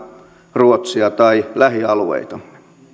ruotsia tai lähialueitamme